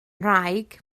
ngwraig